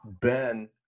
Ben